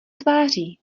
tváří